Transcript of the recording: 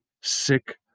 sick